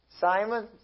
Simon